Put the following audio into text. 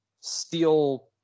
steal